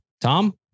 tom